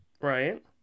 right